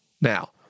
Now